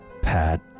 Pat